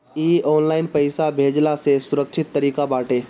इ ऑनलाइन पईसा भेजला से सुरक्षित तरीका बाटे